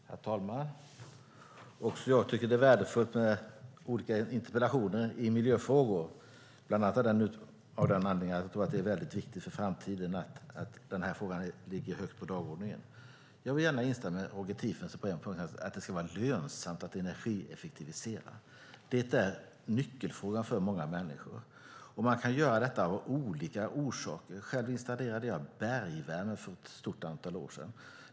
Herr talman! Också jag tycker att det är värdefullt med olika interpellationer i miljöfrågor, bland annat av anledningen att jag tror att det är viktigt för framtiden att frågan ligger högt på dagordningen. Jag vill gärna instämma med Roger Tiefensee på en punkt: Det ska vara lönsamt att energieffektivisera. Det är nyckelfrågan för många människor. Man kan göra detta av olika orsaker. Själv installerade jag bergvärme för ett stort antal år sedan.